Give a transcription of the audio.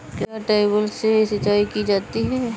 क्या ट्यूबवेल से सिंचाई की जाती है?